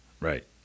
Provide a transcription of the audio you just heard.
right